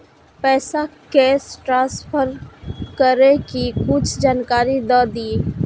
पैसा cash transfer करऐ कि कुछ जानकारी द दिअ